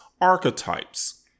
archetypes